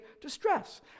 distress